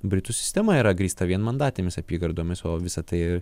britų sistema yra grįsta vienmandatėmis apygardomis o visą tai